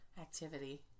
Activity